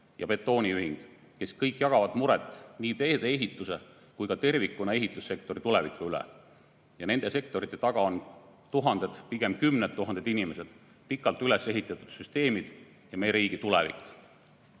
ja betooniühing, kes kõik jagavad muret nii tee-ehituse kui ka tervikuna ehitussektori tuleviku üle. Nende sektorite taga on tuhanded või pigem kümned tuhanded inimesed, pikalt üles ehitatud süsteemid ja meie riigi tulevik. Te